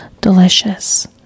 delicious